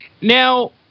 Now